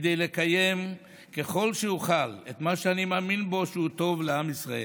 כדי לקיים ככל שאוכל את מה שאני מאמין בו שהוא טוב לעם ישראל.